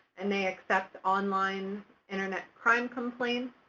and they accept online internet crime complaints.